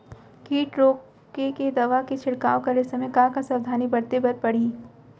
किट रोके के दवा के छिड़काव करे समय, का का सावधानी बरते बर परही?